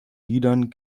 liedern